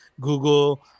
Google